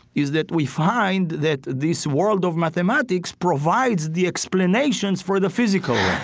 is that we find that this world of mathematics provides the explanations for the physical